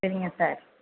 சரிங்க சார்